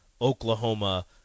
Oklahoma